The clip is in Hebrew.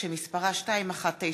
2016,